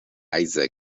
isaac